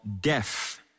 death